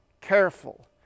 careful